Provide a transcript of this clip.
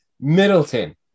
Middleton